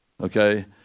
okay